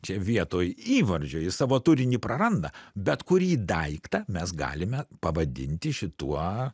čia vietoj įvardžio jis savo turinį praranda bet kurį daiktą mes galime pavadinti šituo